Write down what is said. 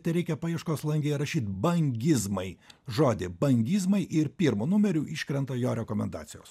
tereikia paieškos lange įrašyt bangizmai žodį bangizmai ir pirmu numeriu iškrenta jo rekomendacijos